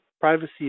privacy